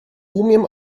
umiem